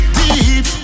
deep